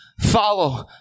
follow